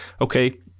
okay